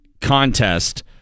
contest